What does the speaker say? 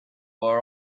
are